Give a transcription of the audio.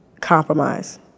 compromise